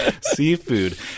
seafood